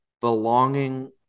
belonging